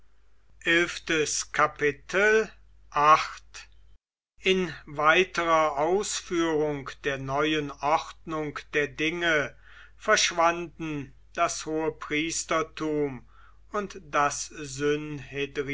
in weiterer ausführung der neuen ordnung der dinge verschwanden das hohepriestertum und das